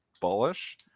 bullish